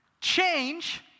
change